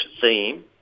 theme